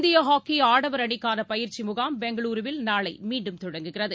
இந்திய ஹாக்கி ஆடவர் அணிக்கான பயிற்சி முகாம் பெங்களூருவில் நாளை மீண்டும் தொடங்குகிறது